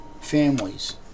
families